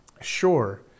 sure